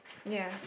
ya